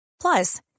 Plus